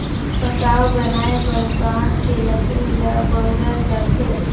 पटाव बनाये बर बांस के लकरी ल बउरल जाथे